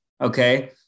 Okay